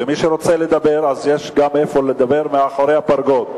ומי שרוצה לדבר אז יש גם איפה לדבר מאחורי הפרגוד.